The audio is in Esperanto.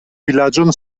vilaĝon